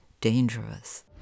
dangerous